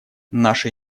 наша